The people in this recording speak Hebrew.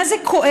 מה זה כואב,